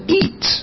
eat